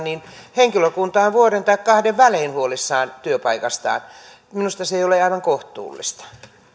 henkilökunta on vuoden tai kahden välein huolissaan työpaikastaan minusta se ei ole aivan kohtuullista